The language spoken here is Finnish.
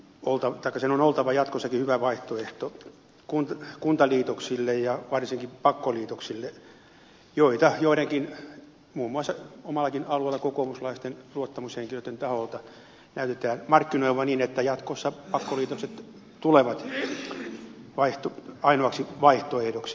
kuntien yhteistyön on jatkossakin oltava hyvä vaihtoehto kuntaliitoksille ja varsinkin pakkoliitoksille joita joidenkin muun muassa omallakin alueellani kokoomuslaisten luottamushenkilöiden taholta näkyy markkinoitavan niin että jatkossa pakkoliitokset tulevat ainoaksi vaihtoehdoksi